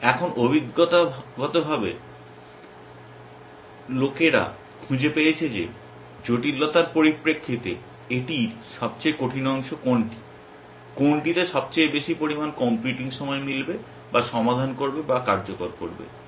এখন অভিজ্ঞতাগতভাবে লোকেরা খুঁজে পেয়েছে যে জটিলতার পরিপ্রেক্ষিতে এটির সবচেয়ে কঠিন অংশ কোনটি কোনটিতে সবচেয়ে বেশি পরিমাণ কম্পিউটিং সময় মিলবে বা সমাধান করবে বা কার্যকর করবে